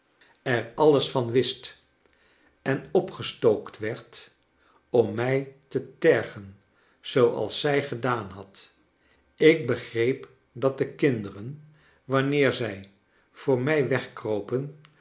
er alles van wist en opgestookt werd om mij te tergen zooals zij gedaan had ik begreep dat de kinderen wanneer zij voor mij wegkropen